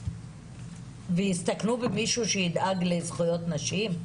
ויהיה שם מישהו שידאג לזכויות הנשים?